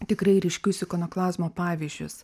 tikrai ryškius ikonoklazmo pavyzdžius